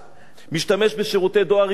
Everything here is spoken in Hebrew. משתמש בשירותי "דואר ישראל"